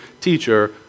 teacher